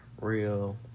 real